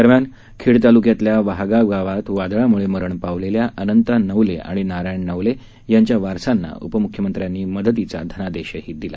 दरम्यान खेड तालुक्यातल्या वाहागाव गावात वादळामुळे मरण पावलेल्या अनंता नवले आणि नारायण नवले यांच्या वारसांना उपमुख्यमंत्र्यांनी मदतीचा धनादेशही दिला